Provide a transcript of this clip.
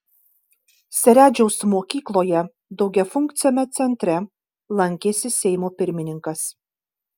seredžiaus mokykloje daugiafunkciame centre lankėsi seimo pirmininkas